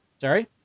Sorry